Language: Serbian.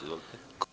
Izvolite.